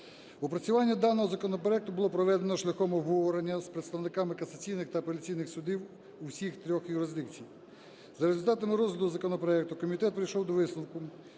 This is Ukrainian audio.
Опрацювання даного законопроекту було проведено шляхом обговорення з представниками касаційних та апеляційних судів у всіх трьох юрисдикціях. За результатами розгляду законопроекту комітет прийшов до висновку,